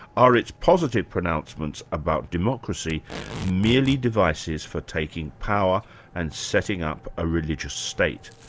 are its positive pronouncements about democracy merely devices for taking power and setting up a religious state?